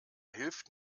hilft